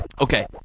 okay